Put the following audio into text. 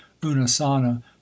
unasana